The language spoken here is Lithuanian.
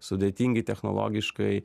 sudėtingi technologiškai